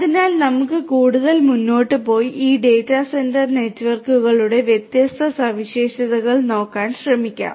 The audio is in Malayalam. അതിനാൽ നമുക്ക് കൂടുതൽ മുന്നോട്ട് പോയി ഈ ഡാറ്റാ സെന്റർ നെറ്റ്വർക്കുകളുടെ വ്യത്യസ്ത സവിശേഷതകൾ നോക്കാൻ ശ്രമിക്കാം